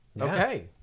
okay